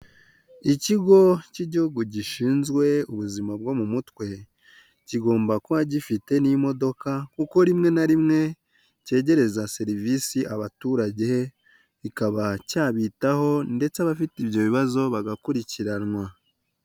Ikigo cy'igihugu gishinzwe ubuzima bwo mu mutwe kigomba kuba gifite n'imodoka kuko rimwe na rimwe cyegereza serivisi abaturage kikaba cyabitaho ndetse abafite ibyo bibazo bagakurikiranwa.